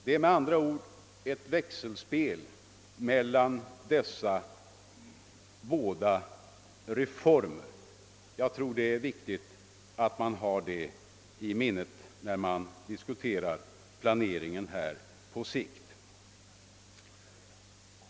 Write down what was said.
Det är, med andra ord, ett växelspel mellan dessa båda reformer. Jag tror det är viktigt att man har detta i minnet när man diskuterar planeringen på sikt.